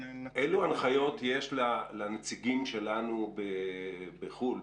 אלו הנחיות יש לנציגים שלנו בחו"ל,